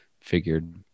figured